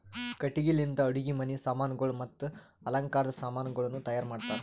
ಕಟ್ಟಿಗಿ ಲಿಂತ್ ಅಡುಗಿ ಮನಿ ಸಾಮಾನಗೊಳ್ ಮತ್ತ ಅಲಂಕಾರದ್ ಸಾಮಾನಗೊಳನು ತೈಯಾರ್ ಮಾಡ್ತಾರ್